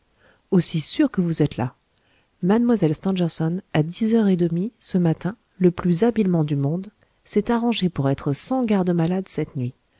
aussi sûr que vous êtes là mlle stangerson à dix heures et demie ce matin le plus habilement du monde s'est arrangée pour être sans gardes-malades cette nuit